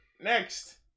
Next